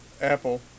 Apple